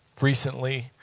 recently